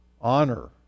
honor